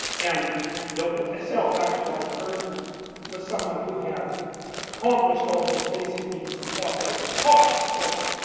and the self-actualised person was someone who had accomplished all those basic needs and popped out at the top. it's like,